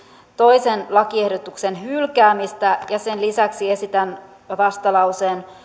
toisen lakiehdotuksen hylkäämistä ja sen lisäksi esitän vastalauseen